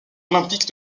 olympique